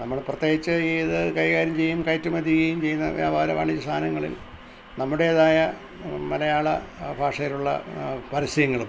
നമ്മള് പ്രത്യേകിച്ച് ഈ ഇത് കൈകാര്യം ചെയ്യും കയറ്റുമതി ചെയ്യും ചെയ്യുന്ന വ്യാപാരമാണ് ഈ സാധനങ്ങളിൽ നമ്മുടേതായ മലയാള ഭാഷയിലുള്ള പരസ്യങ്ങളും